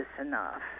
enough